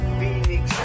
Phoenix